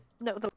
no